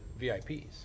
VIPs